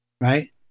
right